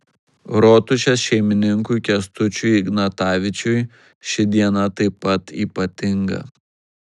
rotušės šeimininkui kęstučiui ignatavičiui ši diena taip pat ypatinga